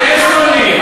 אתם שונאים,